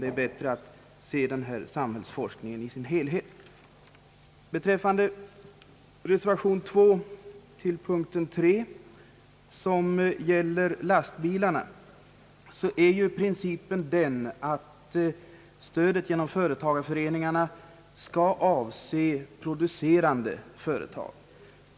Det är bättre att behandla samhällsforskningen som en helhet. Reservation 2 till punkt 3 gäller lastbilsföretagen. Principen är ju den att stödet genom =<företagareföreningarna skall avse producerande företag.